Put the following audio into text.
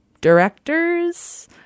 directors